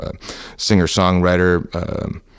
singer-songwriter